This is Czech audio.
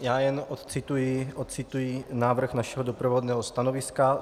Já jen odcituji návrh našeho doprovodného stanoviska.